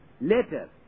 Later